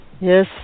Yes